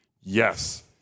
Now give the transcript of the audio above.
Yes